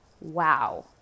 Wow